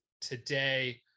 today